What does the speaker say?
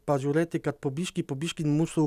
pažiūrėti kad po biškį po biškį mūsų